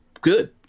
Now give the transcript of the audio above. good